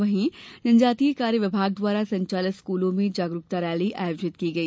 वहीं जनजातीय कार्य विभाग द्वारा संचालित स्कूलों में जागरूकता रैली आयोजित की गई